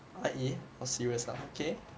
I E orh serious ah okay